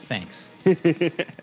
Thanks